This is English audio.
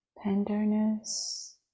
tenderness